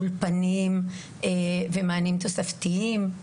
אולפנים ומענים תוספתיים,